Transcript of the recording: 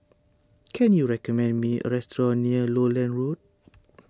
can you recommend me a restaurant near Lowland Road